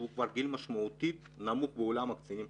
כבר גיל משמעותית נמוך בעולם הקצינים,